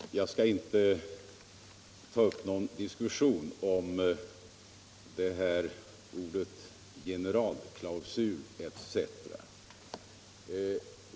Fru talman! Jag skall inte ta upp någon diskussion om ordet generalklausul.